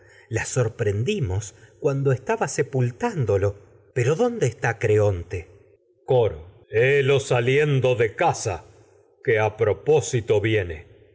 la sorprendimos cuando estaba sepultándolo pero dónde está creonte coro helo creonte saliendo de easa que a propósito viene